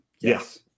Yes